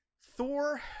Thor